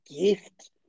gift